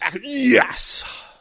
Yes